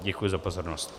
Děkuji za pozornost.